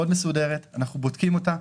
ואנחנו בודקים אותה,